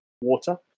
water